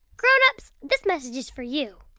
grown-ups, this message is for you